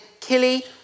Killy